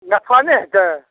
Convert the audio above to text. नफा नहि हेतै